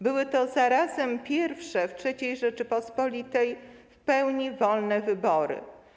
Były to zarazem pierwsze w III Rzeczypospolitej w pełni wolne wybory.